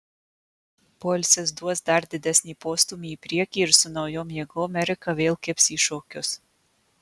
poilsis duos dar didesnį postūmį į priekį ir su naujom jėgom erika vėl kibs į šokius